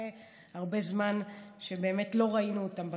אחרי הרבה זמן שלא ראינו אותם בקמפוס.